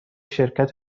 شرکت